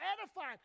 edifying